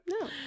No